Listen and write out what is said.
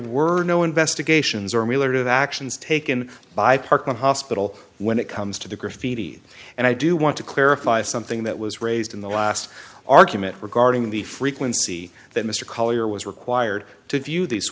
were no investigations or miller to the actions taken by parkland hospital when it comes to the graffiti and i do want to clarify something that was raised in the last argument regarding the frequency that mr collier was required to view the